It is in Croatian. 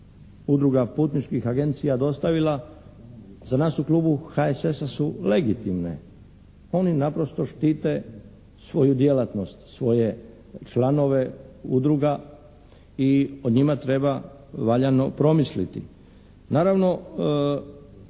udruga putničkih agencija dostavila za nas u klubu HSS-a su legitimne. Oni naprosto štite svoju djelatnost, svoje članove udruga i o njima treba valjano promisliti.